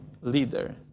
leader